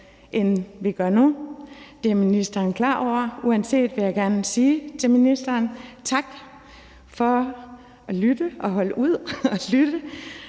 end vi får nu. Det er ministeren klar over. Men alligevel vil jeg gerne sige tak til ministeren for at lytte og holde ud. Jeg